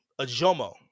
Ajomo